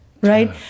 right